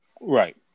Right